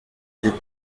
des